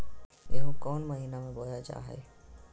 गेहूँ कौन महीना में बोया जा हाय?